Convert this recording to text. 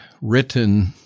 written